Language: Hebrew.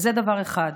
זה דבר אחד.